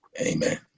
Amen